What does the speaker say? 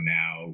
now